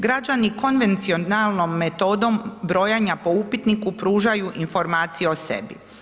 Građani konvencionalnom metodom brojanja po upitniku pružaju informacije o sebi.